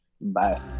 Bye